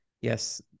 yes